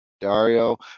Dario